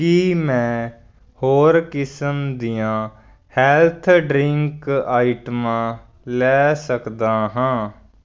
ਕੀ ਮੈਂ ਹੋਰ ਕਿਸਮ ਦੀਆਂ ਹੈਲਥ ਡਰਿੰਕ ਆਈਟਮਾਂ ਲੈ ਸਕਦਾ ਹਾਂ